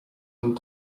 and